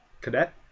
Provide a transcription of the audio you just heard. cadet